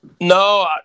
No